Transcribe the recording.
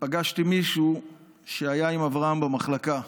ופגשתי מישהו שהיה עם אברהם במחלקה.